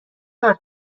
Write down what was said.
کار